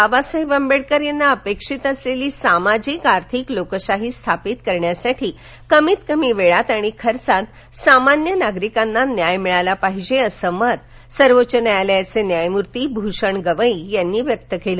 बाबासाहेब आंबेडकर यांना अपेक्षित असलेली सामाजिक आर्थिक लोकशाही स्थापित करण्यासाठी कमीत कमी वेळात आणि खर्चात सामान्य नागरिकांना न्याय मिळाला पाहिजे असं मत सर्वोच्च न्यायालयाचे न्यायमूर्ती भूषण गवई यांनी व्यक्त केलं